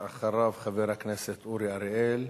ואחריו, חבר הכנסת אורי אריאל.